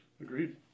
Agreed